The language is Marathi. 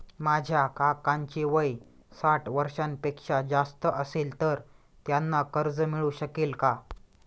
माझ्या काकांचे वय साठ वर्षांपेक्षा जास्त असेल तर त्यांना कर्ज मिळू शकेल का?